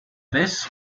this